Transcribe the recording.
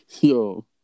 Yo